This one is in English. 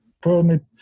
permit